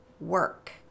Work